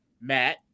Matt